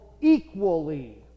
equally